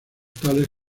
tales